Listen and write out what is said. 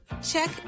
check